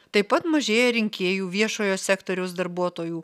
taip pat mažėja rinkėjų viešojo sektoriaus darbuotojų